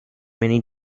many